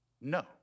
no